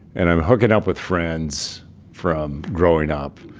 and i'm hooking up with friends from growing up.